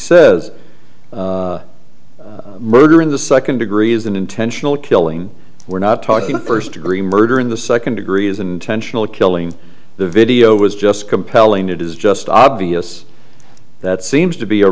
says murder in the second degree is an intentional killing we're not talking first degree murder in the second degree is an intentional killing the video was just compelling it is just obvious that seems to be a